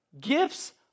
Gifts